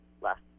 last